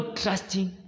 trusting